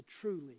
truly